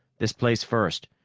this place first,